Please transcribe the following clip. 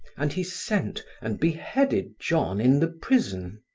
and he sent, and beheaded john in the prison.